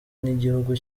n’igihugu